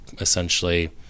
essentially